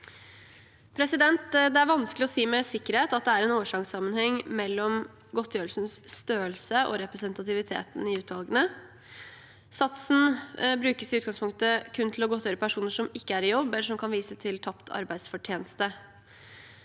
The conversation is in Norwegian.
Det er vanskelig å si med sikkerhet at det er en årsakssammenheng mellom godtgjørelsens størrelse og representativiteten i utvalgene. Satsen brukes i utgangspunktet kun til å godtgjøre personer som ikke er i jobb, eller som kan vise til tapt arbeidsfortjeneste.